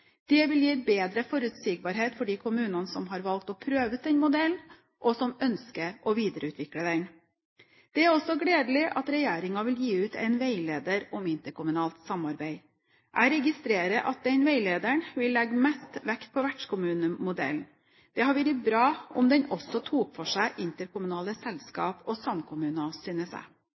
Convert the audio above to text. Det vil gi bedre forutsigbarhet for de kommunene som har valgt å prøve ut denne modellen, og som ønsker å videreutvikle den. Det er også gledelig at regjeringen vil gi ut en veileder om interkommunalt samarbeid. Jeg registrerer at den veilederen vil legge mest vekt på vertskommunemodellen. Det hadde vært bra om den også tok for seg interkommunale selskap og samkommuner, synes